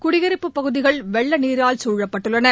குடியிருப்புப் பகுதிகள் வெள்ள நீரால் குழப்பட்டுள்ளன